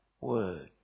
word